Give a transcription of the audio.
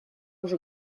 уже